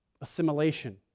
assimilation